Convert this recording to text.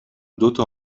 دوتا